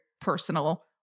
personal